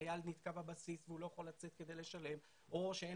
החייל נתקע בבסיס והוא לא יכול לצאת כדי לשלם או שאין